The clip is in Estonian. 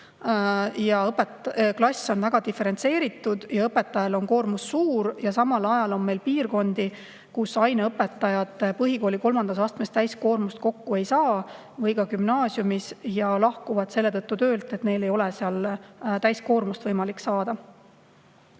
Klassid on väga diferentseeritud ja õpetajal on koormus suur. Samal ajal on meil piirkondi, kus aineõpetajad põhikooli kolmandas astmes täiskoormust kokku ei saa – või ka gümnaasiumis – ja lahkuvad selle tõttu töölt, et neil ei ole seal täiskoormust võimalik saada.